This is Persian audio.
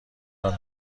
تان